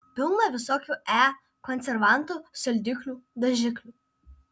pilna visokių e konservantų saldiklių dažiklių